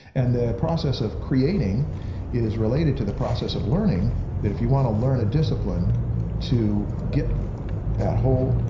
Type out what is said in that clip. and the process of creating is related to the process of learning that if you want to learn a discipline to get that whole